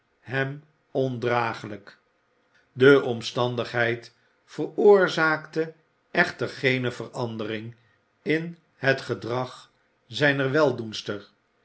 hem ondraaglijk de omstandigheid veroorzaakte echter geene olivier twist verandering in het gedrag zijner